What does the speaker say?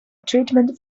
treatment